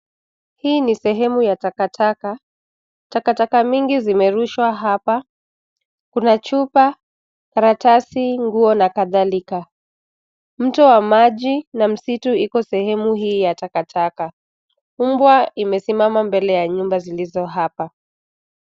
Hii ni sehemu ya takataka. Takataka mingi zimerushwa hapa. Kuna chupa, karatasi, nguo na kadhalika. Mto wa maji na msitu iko sehemu hii ya takataka. Mbwa imesimama mbele ya nyumba zilizo hapa.